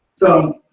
so.